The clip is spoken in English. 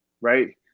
right